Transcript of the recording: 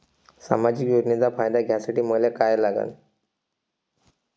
सामाजिक योजनेचा फायदा घ्यासाठी मले काय लागन?